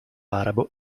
arabo